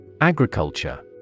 Agriculture